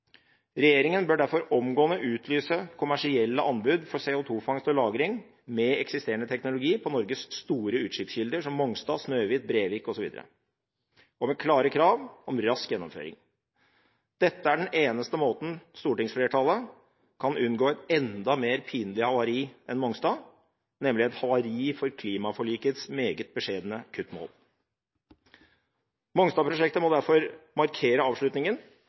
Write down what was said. Regjeringen bør derfor omgående utlyse kommersielle anbud for CO2-fangst og lagring med eksisterende teknologi på Norges store utslippskilder som Mongstad, Snøhvit, Brevik osv., og med klare krav om rask gjennomføring. Dette er den eneste måten stortingsflertallet kan unngå et enda mer pinlig havari enn Mongstad på, nemlig et havari for klimaforlikets meget beskjedne kuttmål. Mongstad-prosjektet må derfor markere avslutningen